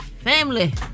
Family